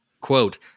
quote